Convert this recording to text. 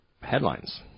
Headlines